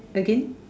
again